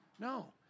No